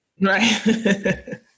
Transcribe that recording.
right